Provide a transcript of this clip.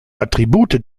attribute